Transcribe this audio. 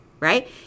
Right